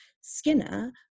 Skinner